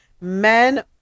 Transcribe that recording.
men